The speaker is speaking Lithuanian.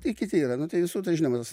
ir kiti yra nu tai visų žinomas